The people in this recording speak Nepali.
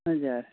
हजुर